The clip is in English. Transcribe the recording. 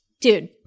dude